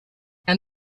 and